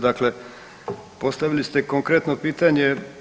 Dakle, postavili ste konkretno pitanje.